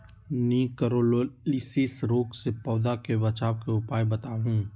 निककरोलीसिस रोग से पौधा के बचाव के उपाय बताऊ?